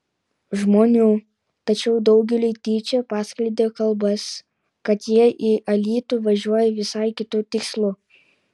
žmonių tačiau daugeliui tyčia paskleidė kalbas kad jie į alytų važiuoja visai kitu tikslu